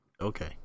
Okay